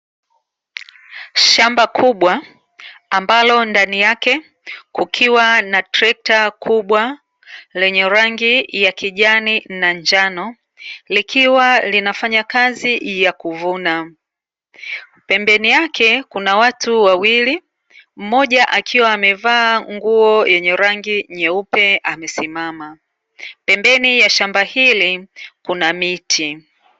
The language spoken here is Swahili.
Shamba kubwa, ambalo ndani yake kukiwa na trekta kubwa lenye rangi ya kijani na njano, likiwa linafanya kazi ya kuvuna, pembeni yake kuna watu wawili; mmoja akiwa amevaa nguo yenye rangi nyeupe amesimama, pembeni ya shamba hili kuna miti.